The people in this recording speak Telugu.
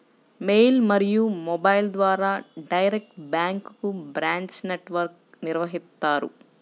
మెయిల్ మరియు మొబైల్ల ద్వారా డైరెక్ట్ బ్యాంక్లకు బ్రాంచ్ నెట్ వర్క్ను నిర్వహిత్తారు